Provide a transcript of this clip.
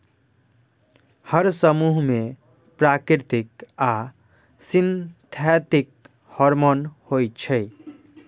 हर समूह मे प्राकृतिक आ सिंथेटिक हार्मोन होइ छै